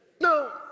No